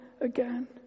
again